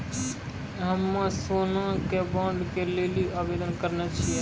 हम्मे सोना के बॉन्ड के लेली आवेदन केना करबै?